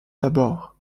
d’abord